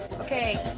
ok,